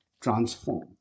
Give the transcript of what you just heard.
transform